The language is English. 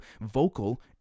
vocal